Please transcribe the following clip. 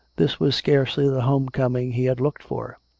this was scarcely the home-coming he had looked for!